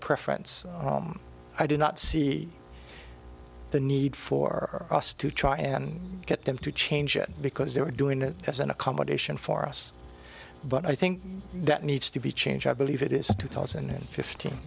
preference i do not see the need for us to try and get them to change it because they were doing it as an accommodation for us but i think that needs to be changed i believe it is two thousand and fifteen